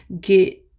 get